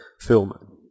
film